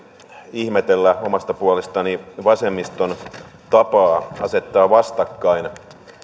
ihmetellä omasta puolestani vasemmiston tapaa asettaa vastakkain